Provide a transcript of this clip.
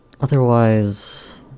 Otherwise